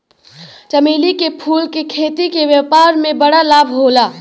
चमेली के फूल के खेती से व्यापार में बड़ा लाभ होला